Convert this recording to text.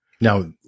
Now